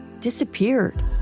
disappeared